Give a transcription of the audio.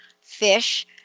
fish